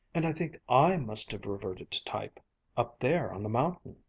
and i think i must have reverted to type up there on the mountain,